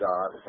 God